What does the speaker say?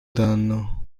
danno